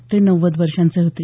ते नव्वद वर्षांचे होते